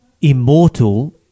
immortal